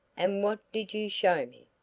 and what did you show me?